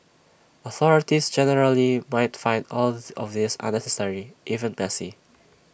authorities generally might find all of this unnecessary even messy